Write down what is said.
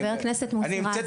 חבר הכנסת מוסי רז,